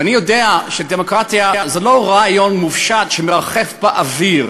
ואני יודע שדמוקרטיה זה לא רעיון מופשט שמרחף באוויר.